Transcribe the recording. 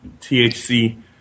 THC